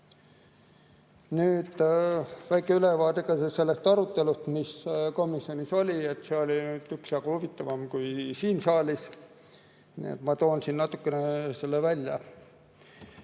Nüüd väike ülevaade sellest arutelust, mis komisjonis oli. See oli üksjagu huvitavam kui siin saalis. Ma toon siin natukene välja.